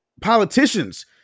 politicians